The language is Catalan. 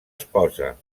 esposa